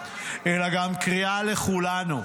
אלא גם קריאה לכולנו,